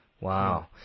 Wow